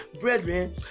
brethren